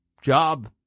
job